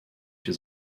się